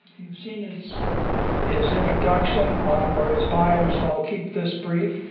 you've seen his his introduction or his bio, um so i'll keep this brief,